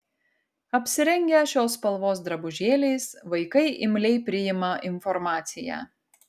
apsirengę šios spalvos drabužėliais vaikai imliai priima informaciją